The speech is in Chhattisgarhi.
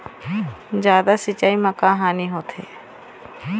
जादा सिचाई म का हानी होथे?